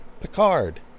picard